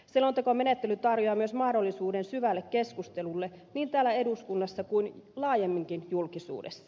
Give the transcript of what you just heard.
selontekomenettely tarjoaa myös mahdollisuuden syvälle keskustelulle niin täällä eduskunnassa kuin laajemminkin julkisuudessa